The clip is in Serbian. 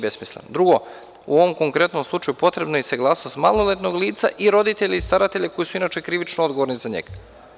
Drugo, u ovom konkretnom slučaju potrebna je i saglasnost maloletnog lica i roditelja i staratelja koji su inače krivično odgovorni za njega.